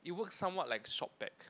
it works somewhat like ShopBack